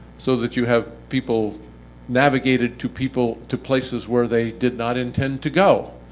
so that you have people navigated to people to places where they did not intend to go.